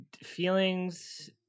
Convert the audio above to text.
feelings